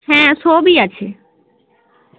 হ্যাঁ সবই আছে